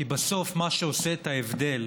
כי בסוף, מה שעושה את ההבדל